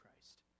Christ